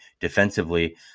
defensively